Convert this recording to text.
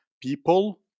people